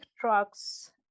trucks